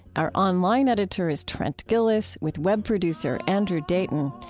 our online editor is trent gilliss, with web producer andrew dayton.